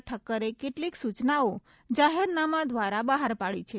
ઠક્કરે કેટલીક સૂચનાઓ જાહેરનામા દ્વારા બહાર પાડી છે